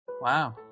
wow